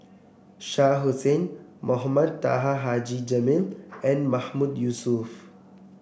Shah Hussain Mohamed Taha Haji Jamil and Mahmood Yusof